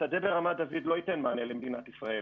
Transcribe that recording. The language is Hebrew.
השדה ברמת דוד לא ייתן מענה למדינת ישראל.